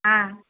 ஆ